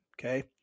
Okay